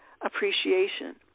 appreciation